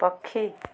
ପକ୍ଷୀ